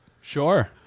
Sure